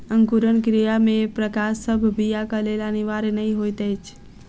अंकुरण क्रिया मे प्रकाश सभ बीयाक लेल अनिवार्य नै होइत अछि